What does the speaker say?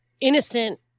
innocent